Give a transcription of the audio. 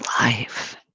life